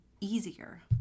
Easier